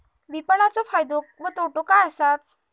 विपणाचो फायदो व तोटो काय आसत?